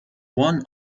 one